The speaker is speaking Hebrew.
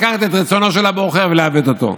לקחת את רצונו של הבוחר ולעוות אותו.